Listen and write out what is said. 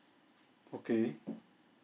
okay